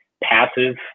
passive